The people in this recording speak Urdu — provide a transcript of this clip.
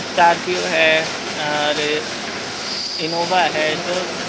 اسکارپیو ہے اور انووا ہے جو